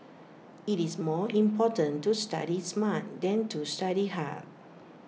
IT is more important to study smart than to study hard